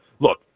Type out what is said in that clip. look